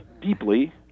deeply